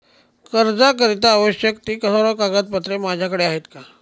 कर्जाकरीता आवश्यक ति सर्व कागदपत्रे माझ्याकडे आहेत का?